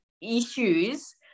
issues